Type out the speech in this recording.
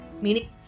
Meaning